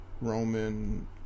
Roman